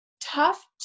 tough